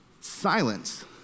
silence